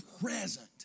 present